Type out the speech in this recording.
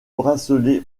bracelet